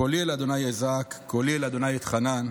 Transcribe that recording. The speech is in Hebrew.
קולי אל ה' אזעק קולי אל ה' אתחנן.